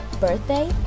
birthday